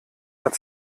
hat